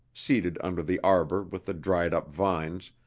seated under the arbor with the dried-up vines,